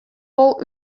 wol